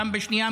גם בשנייה,